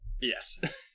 yes